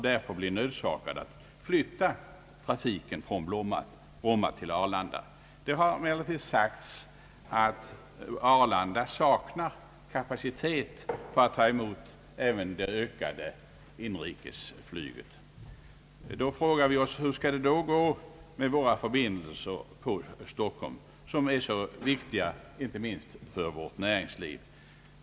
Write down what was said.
Bolaget nödgas flytta trafiken från Bromma till Arlanda. Det har emellertid sagts att Arlanda saknar kapacitet för att ta emot även det ökade inrikesflyget. Då frågar vi oss: Hur skall det då gå med våra förbindelser på Stockholm, som är så viktiga, inte minst för vårt näringsliv?